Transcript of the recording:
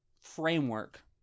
framework